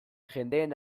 jendeen